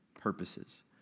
purposes